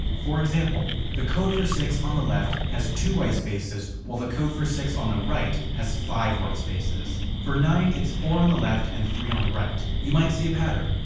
for example, the code for six on the left has two white spaces while the code for six on the right has five white spaces. for nine it's four on the left and three on the right. you might see a pattern,